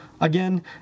Again